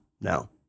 now